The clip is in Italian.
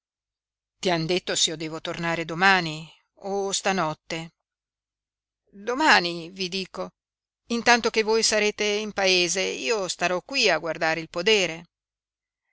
ti han detto s'io devo tornare domani o stanotte domani vi dico intanto che voi sarete in paese io starò qui a guardare il podere